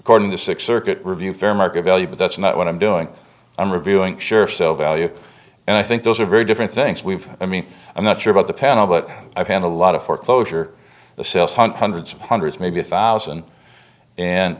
according to six circuit review fair market value but that's not what i'm doing i'm reviewing sure sell value and i think those are very different things we've i mean i'm not sure about the panel but i've had a lot of foreclosure assessment hundreds of hundreds maybe a thousand and